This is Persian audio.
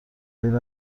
غیر